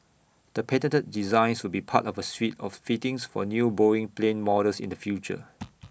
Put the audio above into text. the patented designs will be part of A suite of fittings for new boeing plane models in the future